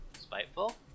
Spiteful